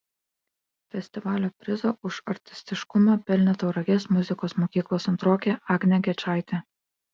festivalio prizą už artistiškumą pelnė tauragės muzikos mokyklos antrokė agnė gečaitė